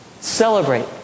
celebrate